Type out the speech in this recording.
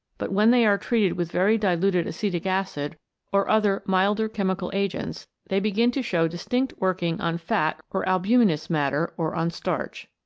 but when they are treated with very diluted acetic acid or other milder chemical agents they begin to show distinct working on fat or albuminous matter or on starch.